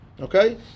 Okay